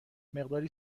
مقداری